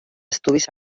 estudis